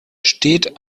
steht